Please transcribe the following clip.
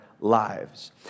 lives